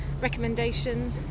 recommendation